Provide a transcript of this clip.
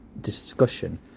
discussion